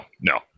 no